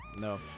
No